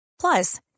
Plus